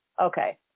Okay